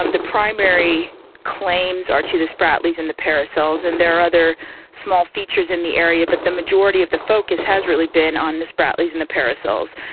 um the primary claims are to the spratlys and the paracels, and there are other small features in the area but the majority of the focus has really been on the spratlys and the paracels.